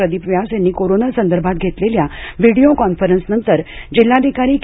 प्रदीप व्यास यांनी कोरोना संदर्भात घेतलेल्या व्हिडीओ कॉन्फरन्सनंतर जिल्हाधिकारी के